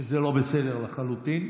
שזה לא בסדר לחלוטין.